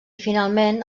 finalment